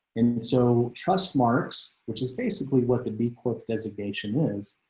and so trust marks which is basically what could be quick designation is,